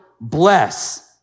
bless